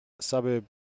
suburb